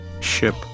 ship